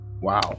wow